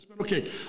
okay